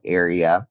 area